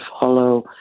follow